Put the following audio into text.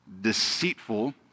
deceitful